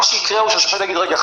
מה שיקרה הוא שהשופט יגיד רגע,